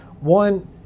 One